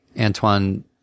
Antoine